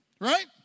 right